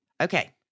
Okay